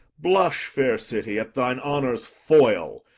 blush, fair city, at thine honour's foil,